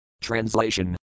Translation